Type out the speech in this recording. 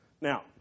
Now